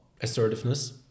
assertiveness